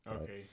Okay